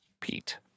Pete